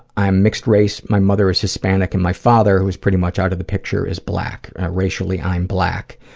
i'm mixed-race. my mother is hispanic and my father, who is pretty much out of the picture, is black. racially, i'm black.